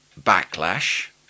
backlash